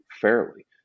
fairly